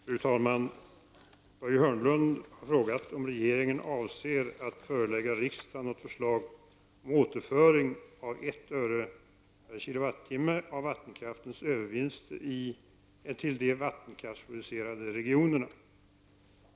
Fru talman! Börje Hörnlund har frågat om regeringen avser att förelägga riksdagen något förslag om återföring av 1 öre/k Wh av vattenkraftens övervinster till de vattenkraftsproducerande regionerna.